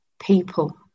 people